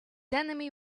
enemy